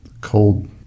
cold